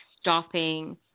stopping